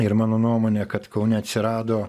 ir mano nuomonė kad kaune atsirado